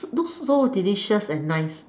looks so delicious and nice